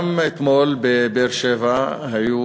גם אתמול בבאר-שבע היו